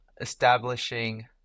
establishing